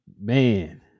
Man